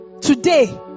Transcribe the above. today